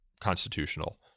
constitutional